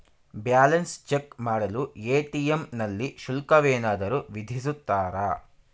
Balance check ಮಾಡಲು ATM ನಲ್ಲಿ ಶುಲ್ಕವೇನಾದರೂ ವಿಧಿಸುತ್ತಾರಾ?